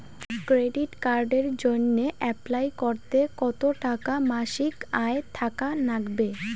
Credit কার্ডের জইন্যে apply করিতে কতো টাকা মাসিক আয় থাকা নাগবে?